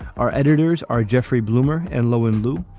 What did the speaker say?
our editors are jeffrey bloomer and lo and lou.